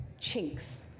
chinks